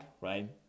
right